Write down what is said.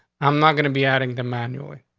i'm not gonna be adding the manually.